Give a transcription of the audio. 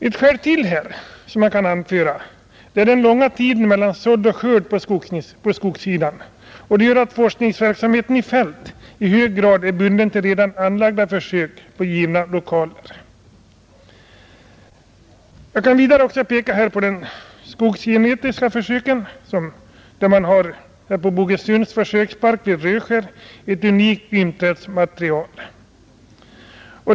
Ytterligare ett skäl som man kan anföra är den långa tiden mellan sådd och skörd på skogsområdet, vilken gör att forskningsverksamheten i fält i hög grad är bunden till redan anlagda försök på givna lokaler. Jag kan vidare peka på de skogsgenetiska försöken. Man har på Bogesunds försökspark vid Röskär ett unikt ympträdsmaterial.